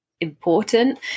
important